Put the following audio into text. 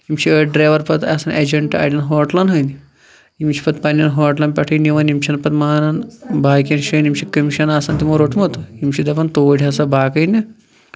یِم چھِ أڑۍ ڈرَیوَر پَتہٕ آسان ایجَنٛٹ اَڑٮ۪ن ہوٹلَن ہٕنٛدۍ یِم چھِ پَتہٕ پَننٮ۪ن ہوٹلَن پٮ۪ٹھٕے نِوان یِم چھِ نہٕ پَتہٕ مانان باقیَن جایَن یِم چھِ کٔمِشَن آسان تِمو روٚٹمُت یِم چھِ دَپان توٗڑۍ ہَسا باقٕے نہٕ کُنے